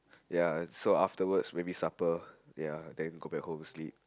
ya so afterwards maybe supper ya then go back home sleep